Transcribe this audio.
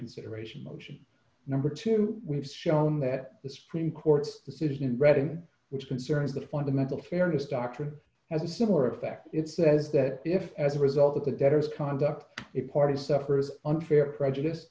reconsideration motion number two we have shown that the supreme court's decision in reading which concerns the fundamental fairness doctrine has a similar effect it says that if as a result the debtor's conduct a party suffers unfair prejudice